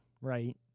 right